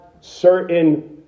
certain